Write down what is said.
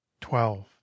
twelve